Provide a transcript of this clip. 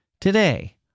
today